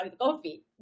coffee